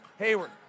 Hayward